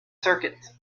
circuits